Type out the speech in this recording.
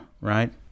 right